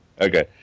Okay